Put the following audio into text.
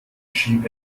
schien